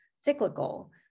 cyclical